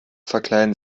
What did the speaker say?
verkleiden